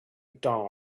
dawn